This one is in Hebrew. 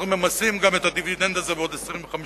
אנחנו ממסים גם את הדיבידנד הזה בעוד 25%,